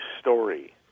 story